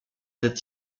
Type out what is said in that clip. date